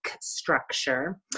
structure